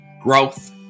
growth